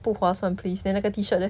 不划算 please then 那个 t-shirt leh